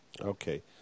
Okay